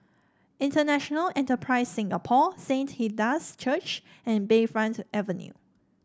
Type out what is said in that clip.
International Enterprise Singapore Saint Hilda's Church and Bayfront Avenue